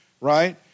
right